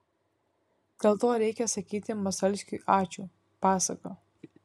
dėl to reikia sakyti masalskiui ačiū pasaka